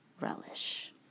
relish